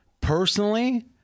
Personally